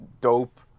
dope